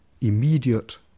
immediate